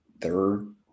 third